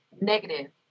negative